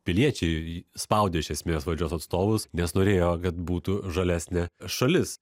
piliečiai spaudė iš esmės valdžios atstovus nes norėjo kad būtų žalesnė šalis